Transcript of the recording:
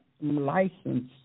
license